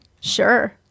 Sure